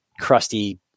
crusty